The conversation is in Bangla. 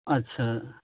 আচ্ছা